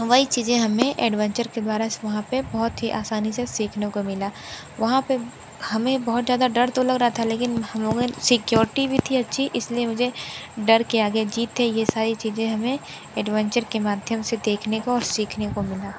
वही चीज़ें हमें एडवेंचर के द्वारा से वहाँ पर बहुत ही आसानी से सीखने को मिला वहाँ पर हमें बहुत ज़्यादा डर तो लग रहा था लेकिन हम लोगों ने सिक्योरिटी भी थी अच्छी इसलिए मुझे डर के आगे जीत है यह सारी चीज़ें हमें एडवेंचर के माध्यम से देखने को और सीखने को मिला